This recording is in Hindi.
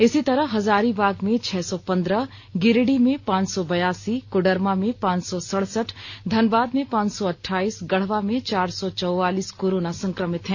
इसी तरह हजारीबाग में छह सौ पंद्रह गिरिडीह में पांच सौ बयासी कोडरमा में पांच सौ सड़सठ धनबाद में पांच सौ अठाईस गढ़वा में चार सौ चौवालीस कोरोना संक्रमित है